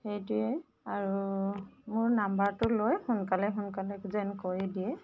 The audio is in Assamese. সেইটোৱেই আৰু মোৰ নম্বৰটো লৈ সোনকালে সোনকালে যেন কৰি দিয়ে